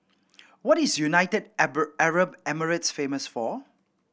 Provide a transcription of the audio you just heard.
what is United Arab Emirates famous for